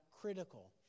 critical